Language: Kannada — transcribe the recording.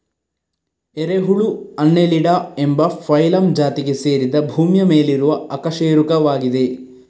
ಎರೆಹುಳು ಅನ್ನೆಲಿಡಾ ಎಂಬ ಫೈಲಮ್ ಜಾತಿಗೆ ಸೇರಿದ ಭೂಮಿಯ ಮೇಲಿರುವ ಅಕಶೇರುಕವಾಗಿದೆ